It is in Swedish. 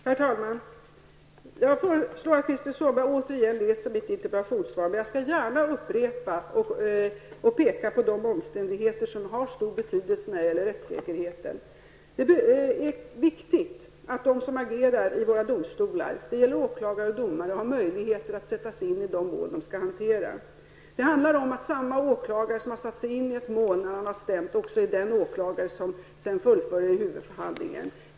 Herr talman! Jag föreslår att Krister Skånberg återigen läser mitt interpellationssvar, men jag skall gärna upprepa och peka på de omständigheter som har stor betydelse för rättssäkerheten. Det är viktigt att de som agerar i våra domstolar, det gäller åklagare och domare, har möjligheter att sätta sig in i de mål som de skall hantera. Det handlar om att samma åklagare som har satt sig in i ett mål när han har stämt också är den åklagare som sedan fullföljer huvudförhandlingen.